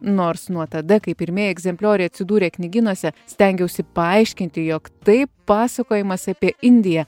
nors nuo tada kai pirmieji egzemplioriai atsidūrė knygynuose stengiausi paaiškinti jog tai pasakojimas apie indiją